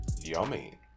yummy